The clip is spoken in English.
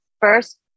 first